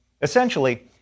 Essentially